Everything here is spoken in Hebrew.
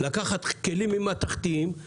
מלקחת כלים מתכתיים.